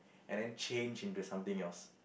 and then change into something else